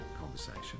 Conversation